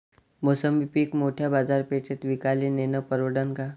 मोसंबी पीक मोठ्या बाजारपेठेत विकाले नेनं परवडन का?